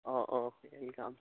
অঁ অঁ এই কাম